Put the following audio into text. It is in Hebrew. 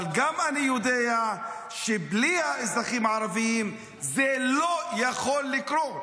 אבל אני יודע גם שבלי האזרחים הערבים זה לא יכול לקרות.